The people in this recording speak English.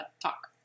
talk